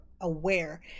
aware